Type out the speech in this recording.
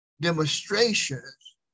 demonstrations